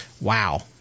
wow